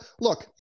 Look